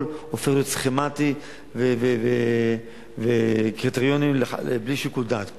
הופך להיות סכמטי ולפי קריטריונים בלי שיקול דעת.